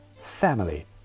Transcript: family